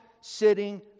sitting